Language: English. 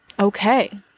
Okay